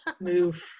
move